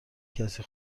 کسی